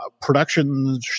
production